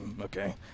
okay